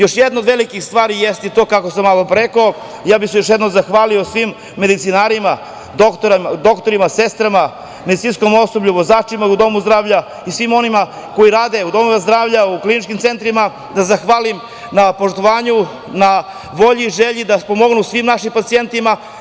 Još jedna od velikih stvari jeste i to kako sam malopre rekao, ja bih se još jednom zahvalio svim medicinarima, doktorima, sestrama, medicinskom osoblju, vozačima u Domu zdravlja i svima onima koji rade u domovima zdravlja, u kliničkim centrima da zahvalim na poštovanju, na volji i želji da pomognu svim našim pacijentima.